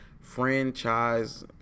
franchise